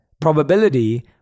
probability